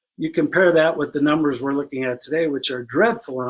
you compare that with the numbers we're looking at today which are dreadful, ah